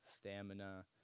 stamina